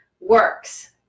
works